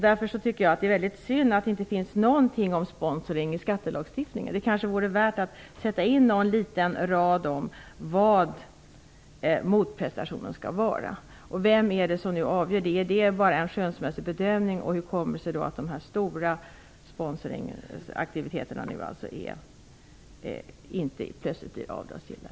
Därför är det väldigt synd att det inte finns någonting om sponsring i skattelagstiftningen. Det vore kanske värt att infoga en liten rad om vad motprestationen skall bestå av och vem som fäller avgörandet. Är det bara en skönsmässig bedömning? Hur kommer det sig att de stora sponsringsaktiviteterna plötsligt inte är avdragsgilla?